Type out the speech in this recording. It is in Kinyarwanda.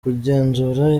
kugenzura